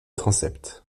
transept